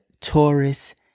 Taurus